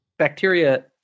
bacteria